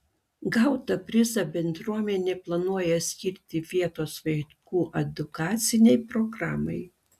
gautą prizą bendruomenė planuoja skirti vietos vaikų edukacinei programai